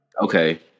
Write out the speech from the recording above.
Okay